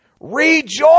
rejoice